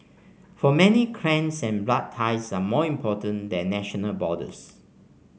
for many clans and blood ties are more important than national borders